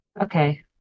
Okay